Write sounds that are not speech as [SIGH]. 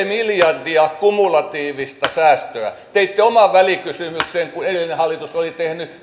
[UNINTELLIGIBLE] miljardia kumulatiivista säästöä teitte oman välikysymyksenne kun edellinen hallitus oli tehnyt [UNINTELLIGIBLE]